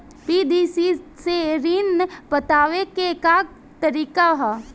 PDC से ऋण पटावे के का तरीका ह?